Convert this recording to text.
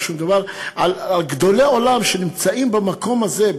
וכשמדובר על גדולי עולם שנמצאים במקום הזה,